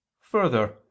further